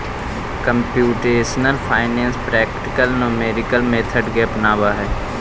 computational finance practical numerical method के अपनावऽ हई